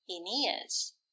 Aeneas